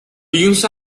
dunes